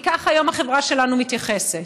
כי ככה היום החברה שלנו מתייחסת.